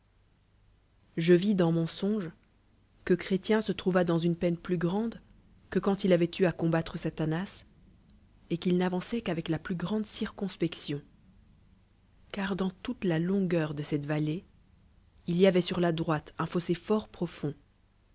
je vis dam mon songe qne chrétien se trouva daus une peine plus grande que quand il avoit en à combattre satanas et qu'il n'avançait qn'avec la plus grande circonspection car dans toute la longueur de cette vallée il y avoit sur la droite on fossé fort profond